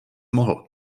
mohl